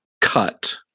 cut